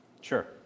Sure